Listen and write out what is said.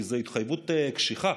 כי זאת התחייבות קשיחה.